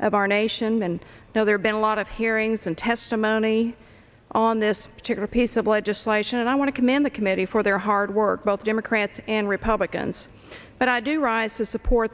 of our nation and now there's been a lot of hearings and testimony on this particular piece of legislation and i want to commend the committee for their hard work both democrats and republicans but i do rise to support